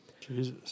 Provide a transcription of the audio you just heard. Jesus